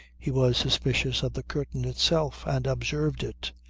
he was suspicious of the curtain itself and observed it.